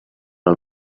del